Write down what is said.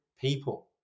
people